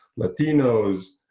latinos,